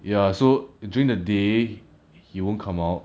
ya so during the day he won't come out